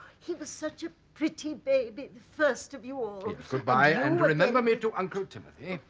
he was such a pretty baby first of you all goodbye and remember me to uncle timothy